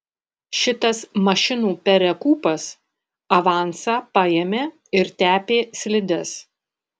šitas mašinų perekūpas avansą paėmė ir tepė slides